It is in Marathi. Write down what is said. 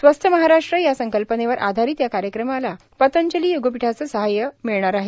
स्वस्थ महाराष्ट्र या संकल्पनेवर आधारित या कार्यक्रमास पतंजली योगपीठाचे सहकार्य मिळणार आहे